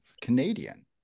Canadian